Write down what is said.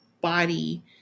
body